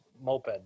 moped